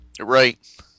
Right